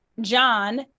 John